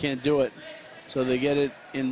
can't do it so they get it in